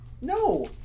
No